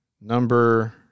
number –